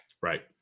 Right